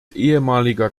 ehemaliger